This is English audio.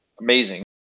amazing